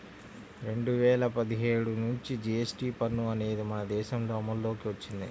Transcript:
రెండు వేల పదిహేడు నుంచి జీఎస్టీ పన్ను అనేది మన దేశంలో అమల్లోకి వచ్చింది